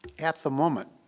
at the moment,